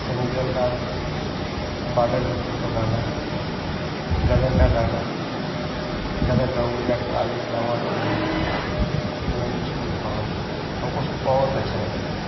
सनी देओल का border picture का गाना गदर का गाना गदर का उड़ जा काले कावां तेरे मैं विच कन पावां हमको बहुत अच्छा लगता था